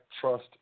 trust